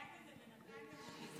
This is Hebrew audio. היה כזה בנתניה והוא נסגר.